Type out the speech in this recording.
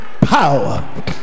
power